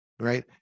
right